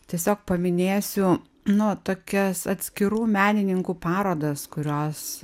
tiesiog paminėsiu nu tokias atskirų menininkų parodas kurios